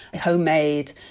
homemade